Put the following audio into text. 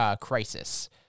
crisis